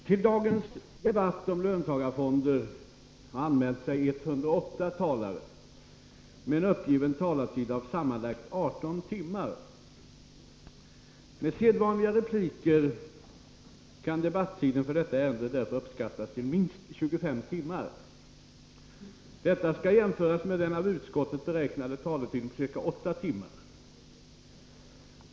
Till dagens debatt om löntagarfonder har anmält sig 108 talare med en uppgiven taletid av sammanlagt 18 timmar. Med sedvanliga repliker kan debattiden för detta ärende därför uppskattas till minst 25 timmar. Detta skall jämföras med den av utskottet beräknade taletiden på ca 8 timmar.